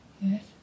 Yes